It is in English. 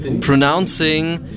pronouncing